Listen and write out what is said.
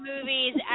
movies